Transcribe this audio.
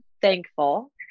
thankful